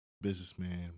businessman